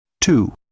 Two